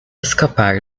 escapar